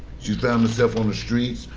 she's found herself on the streets,